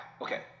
okay